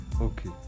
Okay